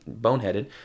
boneheaded